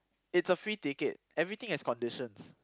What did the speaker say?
it's a free ticket everything has conditions